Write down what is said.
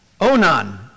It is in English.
Onan